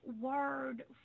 word